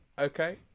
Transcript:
Okay